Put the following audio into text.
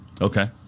Okay